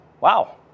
Wow